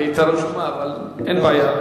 אבל אין בעיה,